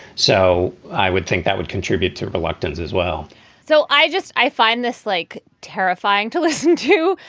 so i would think that would contribute to reluctance as well so i just i find this, like, terrifying to listen to,